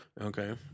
Okay